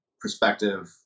perspective